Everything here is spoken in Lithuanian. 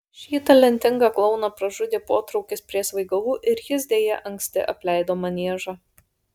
šį talentingą klouną pražudė potraukis prie svaigalų ir jis deja anksti apleido maniežą